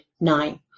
nine